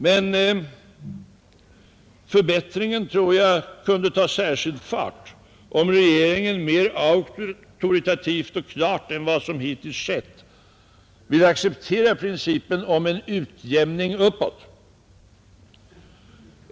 Men förbättringen kunde ta fart om regeringen mer auktoritativt och klart än vad som hittills skett ville acceptera principen om en utjämning ”uppåt”.